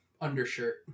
undershirt